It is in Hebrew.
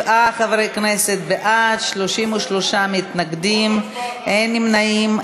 37 חברי כנסת בעד, 33 מתנגדים, אין נמנעים.